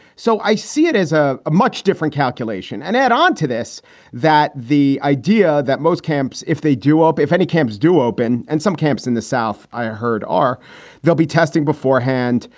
so i see it as a ah much different calculation. and add on to this that the idea that most camps, if they do help, if any camps do open and some camps in the south, i ah heard, are they'll be testing beforehand.